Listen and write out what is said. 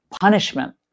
punishment